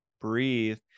breathe